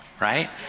right